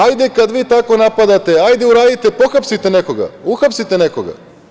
Ajde kada vi tako napadate, ajde uradite, pohapsite nekoga, uhapsite nekoga.